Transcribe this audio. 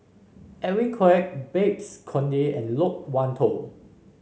Edwin Koek Babes Conde and Loke Wan Tho